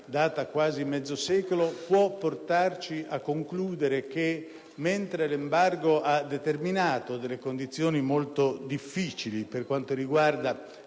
data quasi mezzo secolo, può portarci a concludere che mentre l'embargo ha determinato condizioni molto difficili per quanto riguarda